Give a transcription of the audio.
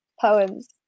poems